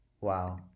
Wow